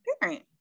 parent